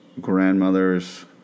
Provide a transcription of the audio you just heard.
grandmothers